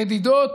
נדידות